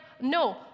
no